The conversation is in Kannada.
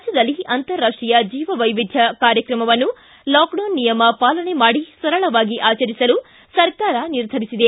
ರಾಜ್ಯದಲ್ಲಿ ಅಂತರರಾಷ್ಟೀಯ ಜೀವವೈವಿಧ್ಯ ಕಾರ್ಯಕ್ರಮವನ್ನು ಲಾಕ್ಡೌನ್ ನಿಯಮ ಪಾಲನೆ ಮಾಡಿ ಸರಳವಾಗಿ ಆಚರಿಸಲು ಸರ್ಕಾರ ನಿರ್ಧರಿಸಿದೆ